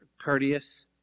courteous